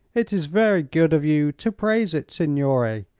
it is very good of you to praise it, signore.